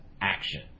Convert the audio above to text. action